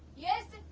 yes,